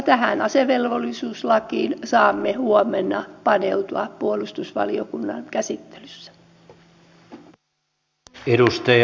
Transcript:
tähän asevelvollisuuslakiin saamme huomenna paneutua puolustusvaliokunnan käsittelyssä